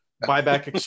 Buyback